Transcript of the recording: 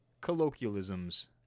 colloquialisms